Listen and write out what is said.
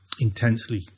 intensely